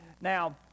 Now